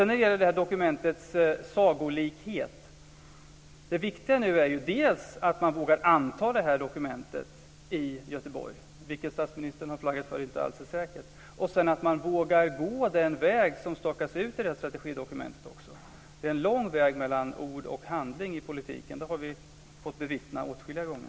När det gäller det här dokumentets sagolikhet är det viktigt att man nu vågar anta det i Göteborg, vilket statsministern har flaggat för inte alls är säkert. Dessutom är det viktigt att man vågar gå den väg som stakas ut i det här strategidokumentet också. Det är en lång väg mellan ord och handling i politiken. Det har vi fått bevittna åtskilliga gånger.